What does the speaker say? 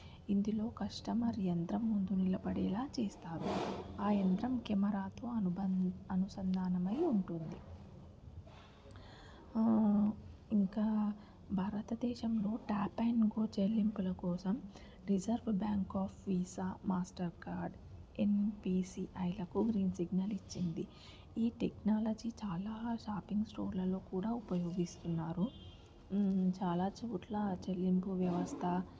ఇందులో కస్టమర్ యంత్రం ముందు నిలబడేలా చేస్తారు ఆ యంత్రం కెమెరాకు అనుబం అనుసంధానమై ఉంటుంది ఇంకా భారతదేశంలో టాటా ఇంపోర్ట్ చెల్లింపుల కోసం reserve bank of Visa Mastercard ఎంపీసీఐలకు గ్రీన్ సిగ్నల్ ఇచ్చింది జరిగింది ఈ టెక్నాలజీ చాలా షాపింగ్ స్టోర్లలో కూడా ఉపయోగిస్తున్నారు చాలా చోట్ల చెల్లింపుల వ్యవస్థ